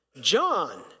John